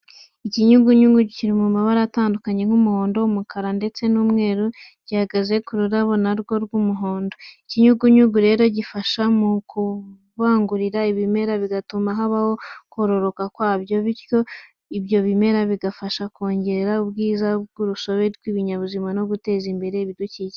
Ikinyugunyugu kiri mu mabara atandukanye nk'umuhondo, umukara ndetse n'umweru gihagaze ku rurabo na rwo rw'umuhondo. Ikinyugunyugu rero gifasha mu kubangurira ibimera bigatuma habaho kororoka kwabyo, bityo ibyo bimera bigafasha kongera ubwiza bw'urusobe rw'ibinyabuzima no guteza imbere ibidukikije.